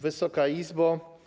Wysoka Izbo!